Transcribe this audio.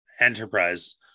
Enterprise